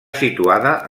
situada